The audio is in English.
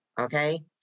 okay